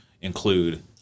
include